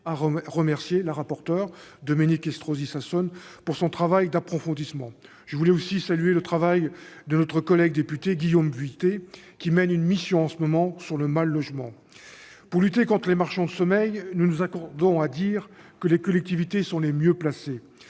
à remercier la rapporteur Dominique Estrosi Sassone pour son travail d'approfondissement. Je souhaite également saluer le travail de notre collègue député Guillaume Vuilletet, qui mène une mission en ce moment sur le mal-logement. Pour lutter contre les marchands de sommeil, nous nous accordons à dire que les collectivités sont les mieux placées.